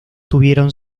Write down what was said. tuvieron